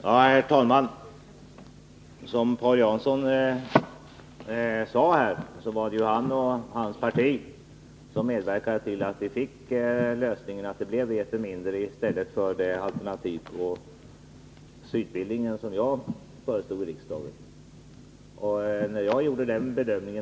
Herr talman! Som Paul Jansson sade, så var det ju han och hans parti som medverkade till att vi fick lösningen Vreten mindre i stället för det alternativ på Sydbillingen som jag föreslog riksdagen.